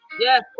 yes